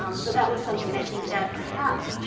um so, that was something i think that perhaps,